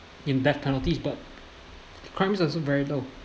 in death penalties but the crime's also very low